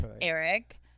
Eric